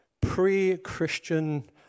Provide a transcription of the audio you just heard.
pre-Christian